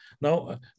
Now